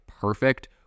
perfect